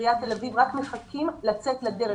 כעיריית תל אביב רק מחכים לצאת לדרך.